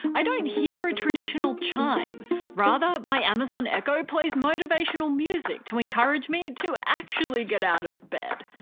i don't hear a traditional chime rather, my amazon echo plays motivational music to encourage me to actually get out of bed.